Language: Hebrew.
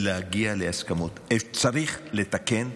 צריך לתקן,